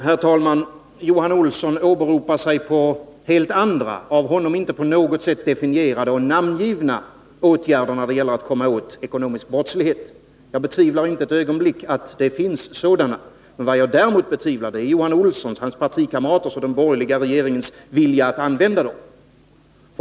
Herr talman! Johan Olsson åberopar sig på helt andra, av honom inte på något sätt definierade eller namngivna, åtgärder för att komma åt ekonomisk brottslighet. Jag betvivlar inte ett ögonblick att det finns sådana. Vad jag däremot betvivlar är Johan Olssons, hans partikamraters och den borgerliga regeringens vilja att använda dem.